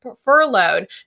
furloughed